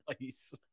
Nice